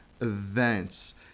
events